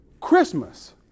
Christmas